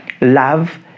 love